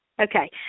Okay